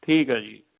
ਠੀਕ ਹੈ ਜੀ